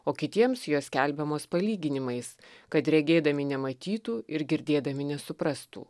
o kitiems jos skelbiamos palyginimais kad regėdami nematytų ir girdėdami nesuprastų